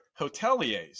hoteliers